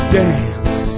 dance